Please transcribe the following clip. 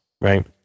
right